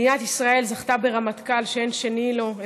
מדינת ישראל זכתה לרמטכ"ל שאין שני לו,